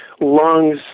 lungs